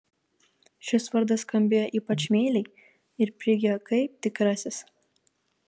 šis vardas skambėjo ypač meiliai ir prigijo kaip tikrasis